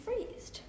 freezed